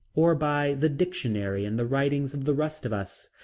or by the dictionary in the writings of the rest of us.